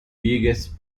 biggest